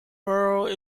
borough